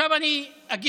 עכשיו אני אגיד.